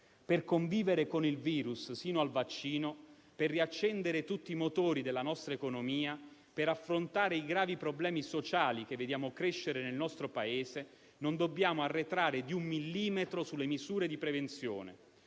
Per convivere con il virus sino al vaccino, per riaccendere tutti i motori della nostra economia e per affrontare i gravi problemi sociali che vediamo crescere nel nostro Paese non dobbiamo arretrare di un millimetro sulle misure di prevenzione.